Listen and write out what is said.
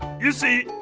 you see,